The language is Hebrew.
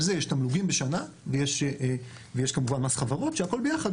על זה יש תמלוגים בשנה ויש כמובן מס חברות שהכל ביחד,